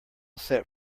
sat